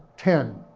ten,